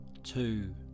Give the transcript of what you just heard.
two